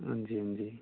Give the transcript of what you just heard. हां जी हां जी